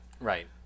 Right